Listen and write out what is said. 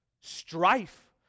Strife